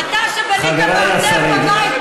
מי אתה שתגיד את זה,